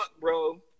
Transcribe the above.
bro